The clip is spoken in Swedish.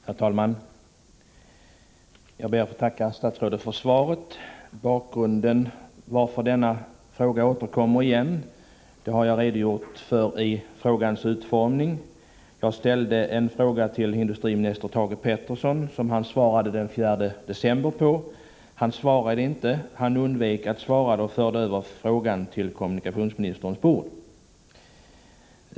Herr talman! Jag ber att få tacka statsrådet för svaret. Bakgrunden till att denna fråga återkommer har jag redogjort för i frågans inledande text. Jag ställde en fråga till industriminister Thage Peterson, som han besvarade den 4 december. Han undvek emellertid att svara på den konkreta frågan och förde över den till kommunikationsministerns bord.